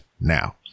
now